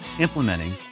implementing